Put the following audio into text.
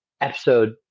episode